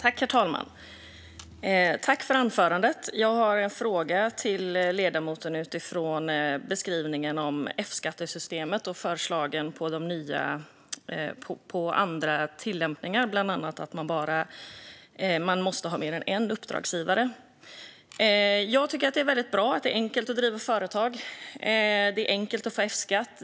Herr talman! Jag har en fråga till ledamoten utifrån beskrivningen av F-skattesystemet och förslagen på andra tillämpningar, bland annat att man måste ha mer än en uppdragsgivare. Jag tycker att det är väldigt bra att det är enkelt att driva företag och att få F-skatt.